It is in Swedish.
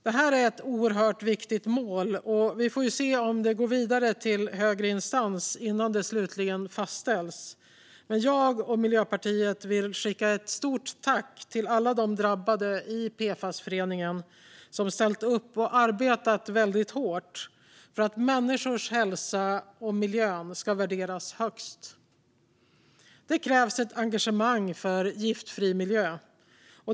Det här är ett oerhört viktigt mål, och vi får se om det går vidare till högre instans innan domen slutligen fastställs. Jag och Miljöpartiet vill skicka ett stort tack till alla de drabbade i PFAS-föreningen som ställt upp och arbetat väldigt hårt för att människors hälsa och miljön ska värderas högst. Det krävs ett engagemang för en giftfri miljö.